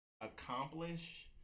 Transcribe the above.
accomplish